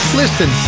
listen